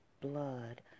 blood